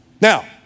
Now